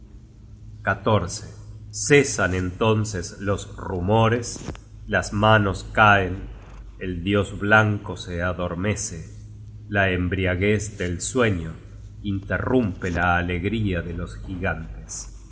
midgord cesan entonces los rumores las manos caen el dios blanco se adormece la embriaguez del sueño interrumpe la alegría de los gigantes